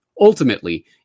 ultimately